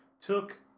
took